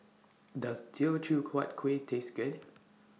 Does Teochew Huat Kueh Taste Good